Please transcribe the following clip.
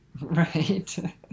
Right